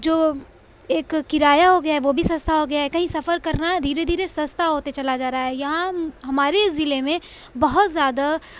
جو ایک کرایہ ہو گیا ہے وہ بھی سستا ہو گیا ہے کہیں سفر کرنا دھیرے دھیرے سستا ہوتے چلا جا رہا ہے یہاں ہمارے ضلع میں بہت زیادہ